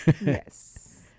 Yes